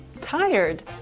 Tired